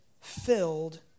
filled